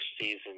season